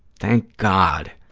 thank god.